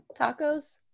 tacos